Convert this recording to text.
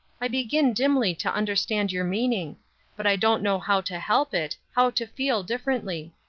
i begin dimly to understand your meaning but i don't know how to help it, how to feel differently.